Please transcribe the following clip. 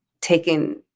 taken